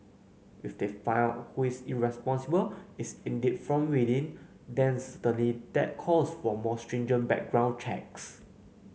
if they find out who is responsible is indeed from within then certainly that calls for more stringent background checks